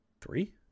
Three